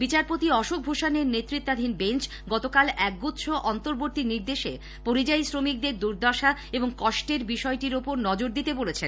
বিচারপতি অশোকভূষণের নেতৃত্বাধীন বেঞ্চ গতকাল এক গুচ্ছ অন্তর্বর্তী নির্দেশে পরিযায়ী শ্রমিকদের দুর্দশা এবং কষ্টের বিষয়টির ওপর নজর দিতে বলেছেন